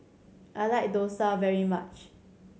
I like dosa very much